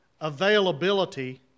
availability